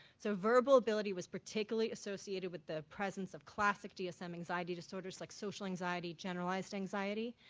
so verbal ability was particularly associated with the presence of classic dsm anxiety disorders like social anxiety, generalized anxiety.